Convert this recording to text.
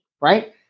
right